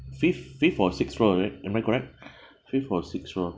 fifth fifth or sixth floor right am I correct fifth or sixth floor